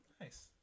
nice